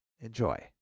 Enjoy